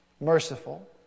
merciful